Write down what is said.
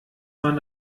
man